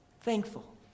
Thankful